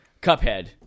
Cuphead